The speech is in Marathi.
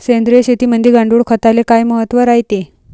सेंद्रिय शेतीमंदी गांडूळखताले काय महत्त्व रायते?